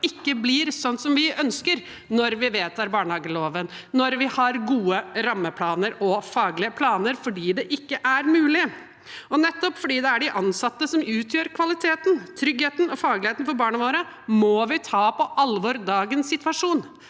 ikke blir sånn som vi ønsker når vi vedtar barnehageloven, når vi har gode rammeplaner og faglige planer – fordi det ikke er mulig. Nettopp fordi det er de ansatte som utgjør kvaliteten, tryggheten og fagligheten for barna våre, må vi ta dagens situasjon